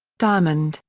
diamond,